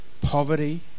Poverty